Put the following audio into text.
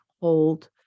hold